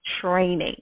training